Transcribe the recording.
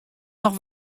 noch